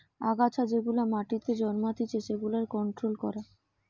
আগাছা যেগুলা মাটিতে জন্মাতিচে সেগুলার কন্ট্রোল করা